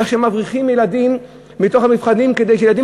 איך מבריחים ילדים מתוך המבחנים כדי שהילדים